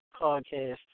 podcast